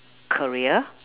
career